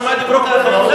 על מה דיברו כאן אחרים?